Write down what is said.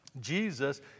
Jesus